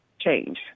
change